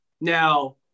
Now